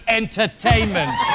entertainment